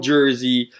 Jersey